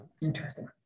interesting